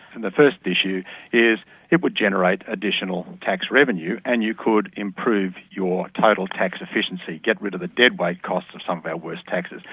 and the first issue is it would generate additional tax revenue and you could improve your total tax efficiency, get rid of the deadweight costs of some of our worst taxes.